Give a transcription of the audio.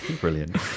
brilliant